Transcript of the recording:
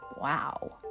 Wow